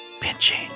pinching